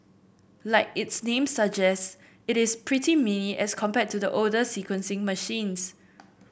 like its name suggests it is pretty mini as compared to the older sequencing machines